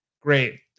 Great